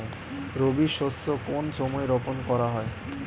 রবি শস্য কোন সময় বপন করা হয়?